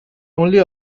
only